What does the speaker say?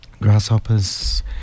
Grasshoppers